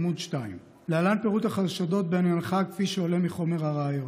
עמ' 2: "להלן פירוט החשדות בעניינך כפי שעולה מחומר הראיות,